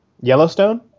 Yellowstone